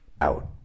out